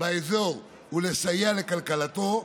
באזור ולסייע לכלכלתו,